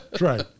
right